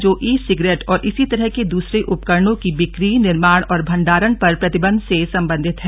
जो e cigarette और इसी तरह के दूसरे उपकरणों की बिकी निर्माण और भंडारण पर प्रतिबंध से संबंधित है